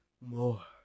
more